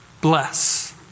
bless